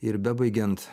ir bebaigiant